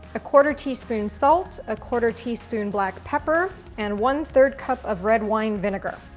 a quarter teaspoon salt, a quarter teaspoon black pepper and one third cup of red wine vinegar.